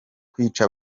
kwica